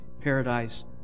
paradise